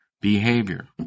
behavior